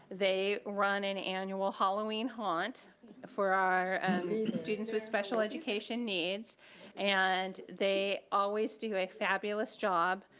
they run an annual halloween haunt for our students with special education needs and they always do a fabulous job.